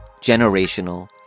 generational